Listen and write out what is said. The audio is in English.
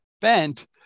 bent